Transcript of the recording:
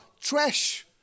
trash